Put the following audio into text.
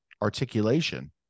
articulation